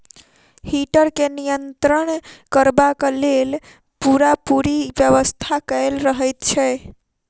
heater के नियंत्रण करबाक लेल पूरापूरी व्यवस्था कयल रहैत छै